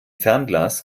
fernglas